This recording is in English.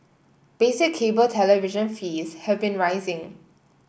basic cable television fees have been rising